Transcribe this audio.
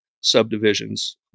subdivisions